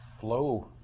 flow